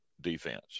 defense